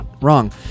Wrong